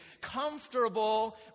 comfortable